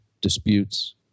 disputes